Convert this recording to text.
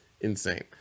insane